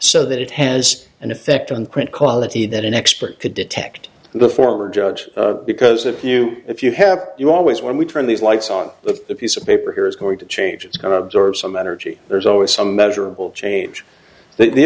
so that it has an effect on print quality that an expert could detect the former judge because if you if you have you always when we turn these lights on if the piece of paper here is going to change it's going to absorb some energy there's always some measurable change the